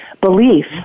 belief